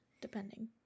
depending